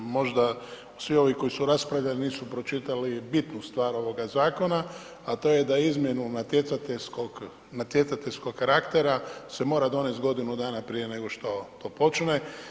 Možda svi ovi koji su raspravljali nisu pročitali bitnu stvar ovoga zakona, a to je da izmjenu natjecateljskog karaktera se mora donesti godinu dana prije nego što to počne.